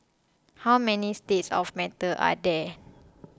how many states of matter are there